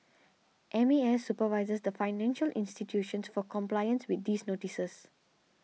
M A S supervises the financial institutions for compliance with these notices